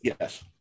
Yes